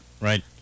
right